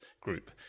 group